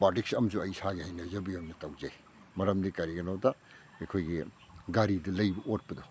ꯄꯥꯔꯇꯤꯛꯁ ꯑꯃꯁꯨ ꯑꯩ ꯏꯁꯥꯒꯤ ꯍꯩꯅꯖꯕꯤ ꯑꯃꯁꯨ ꯇꯧꯖꯩ ꯃꯔꯝꯗꯤ ꯀꯔꯤꯒꯤꯅꯣꯗ ꯑꯩꯈꯣꯏꯒꯤ ꯒꯥꯔꯤꯗ ꯂꯩꯕ ꯑꯣꯠꯄꯗꯣ